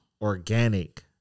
organic